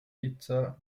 nizza